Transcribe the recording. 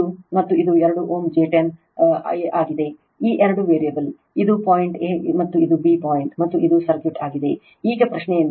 j XC ಮತ್ತುRL variable ಮತ್ತು ಇದು 2 Ω j 10 is ಆಗಿದೆ